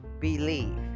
believe